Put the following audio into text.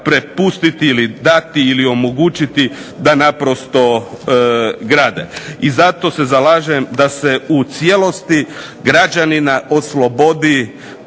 prepustiti ili dati ili omogućiti da naprosto grade. I zato se zalažem da se u cijelosti građanina oslobodi